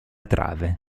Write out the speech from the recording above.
trave